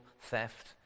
theft